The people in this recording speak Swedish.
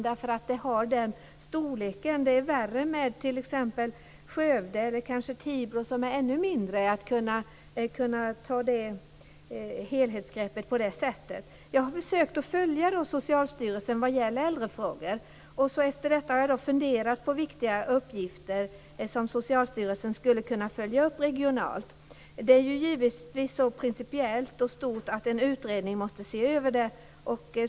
Då är det värre med t.ex. Skövde eller kanske med Tibro, som ju är ännu mindre, när det gäller att ta ett sådant här helhetsgrepp. Jag har försökt att följa Socialstyrelsen i äldrefrågor. Sedan har jag funderat över viktiga uppgifter som Socialstyrelsen skulle kunna följa upp regionalt. Självfallet är detta så principiellt och så stort att en utredning måste se över det.